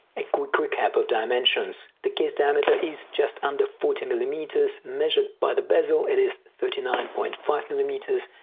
a quick recap of dimensions the case diameter is just under forty millimeters measured by the bezel it is thirty nine point five millimeters.